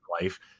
life